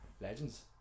Legends